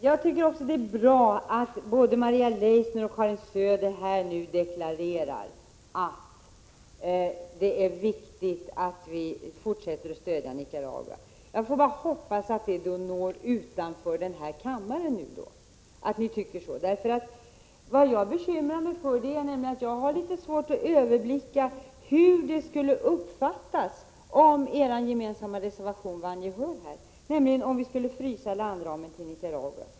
Jag tycker också att det är bra att både Maria Leissner och Karin Söder nu deklarerar att det är viktigt att vi fortsätter att stödja Nicaragua. Jag får då bara hoppas att det når utanför den här kammaren att ni tycker så. Vad jag bekymrar mig för är nämligen att jag har litet svårt att överblicka hur det skulle uppfattas om er gemensamma reservation vann gehör, dvs. om vi skulle frysa landramen till Nicaragua.